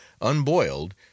unboiled